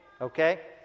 okay